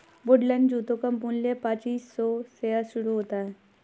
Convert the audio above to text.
Woodland जूतों का मूल्य पच्चीस सौ से शुरू होता है